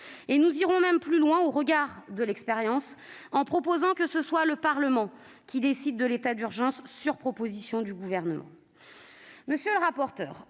Nous irons même plus loin, au regard de l'expérience, en proposant que ce soit le Parlement qui décide de l'état d'urgence, sur proposition du Gouvernement.